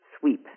sweep